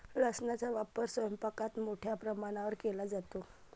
लसणाचा वापर स्वयंपाकात मोठ्या प्रमाणावर केला जातो